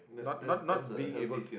not not not being able to